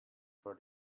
for